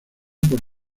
por